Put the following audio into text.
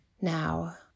Now